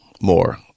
more